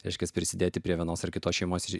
reiškias prisidėti prie vienos ar kitos šeimos ir